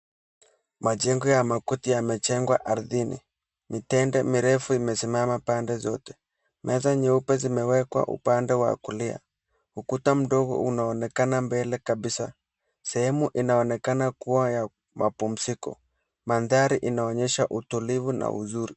Majengo ya makuti yamejengwa ardhini, mitende mirefu imesimama pande zote. Meza nyeupe zimewekwa upande wa kulia. Ukuta mdogo unaoneka mbele kabisa. Sehemu inaonekana kua ya mapumziko. Mandhari inaonyesha utulivu na uzuri.